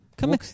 Come